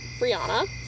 Brianna